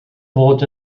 fod